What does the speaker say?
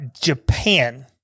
Japan